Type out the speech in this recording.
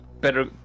better